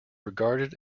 regarded